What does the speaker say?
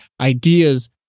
ideas